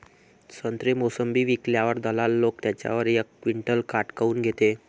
संत्रे, मोसंबी विकल्यावर दलाल लोकं त्याच्यावर एक क्विंटल काट काऊन घेते?